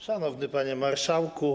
Szanowny Panie Marszałku!